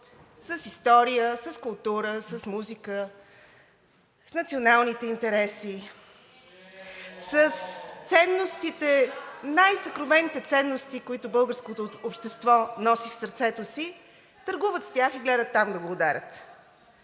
с история, с култура, с музика, с националните интереси. (Викове от ГЕРБ-СДС: „Ооо!“) С ценностите – с най-съкровените ценности, които българското общество носи в сърцето си, търгуват с тях и гледат там да го ударят.